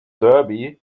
derby